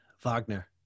Wagner